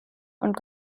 und